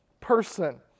person